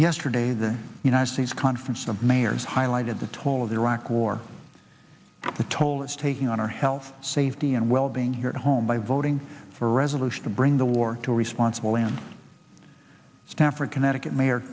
yesterday the united states conference of mayors highlighted the toll of the iraq war the toll it's taking on our health safety and well being here at home by voting for a resolution to bring the war to a responsible in stamford connecticut mayor